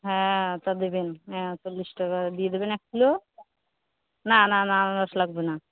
হ্যাঁ ওটা দেবেন চল্লিশ টাকা দিয়ে দেবেন এক কিলো না না না আনারস লাগবে না